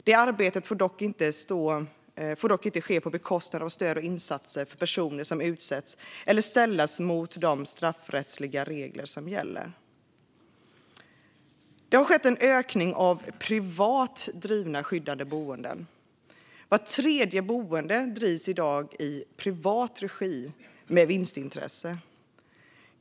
Det arbetet får dock inte ske på bekostnad av stöd och insatser för personer som utsätts eller ställas mot de straffrättsliga regler som gäller. Det har skett en ökning av privat drivna skyddade boenden. Vart tredje boende drivs i dag i privat regi med vinstintresse.